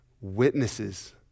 witnesses